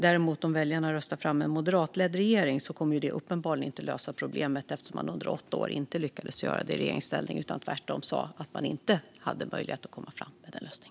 Däremot: Om väljarna röstar fram en moderatledd regering kommer det uppenbarligen inte att lösa problemet eftersom Moderaterna under åtta år inte lyckades göra detta i regeringsställning. Man sa tvärtom att man inte hade möjlighet att komma fram med denna lösning.